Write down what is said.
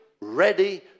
ready